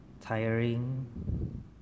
tiring